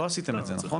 לא עשיתם את זה, נכון?